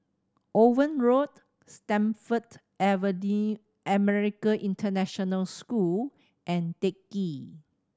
Owen Road Stamford American International School and Teck Ghee